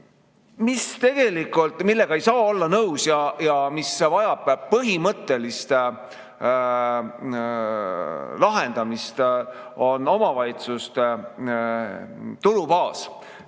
tegelikult ei saa olla nõus ja mis vajab põhimõttelist lahendamist, on omavalitsuste tulubaas.